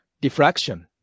diffraction